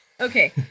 Okay